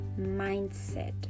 mindset